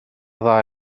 dda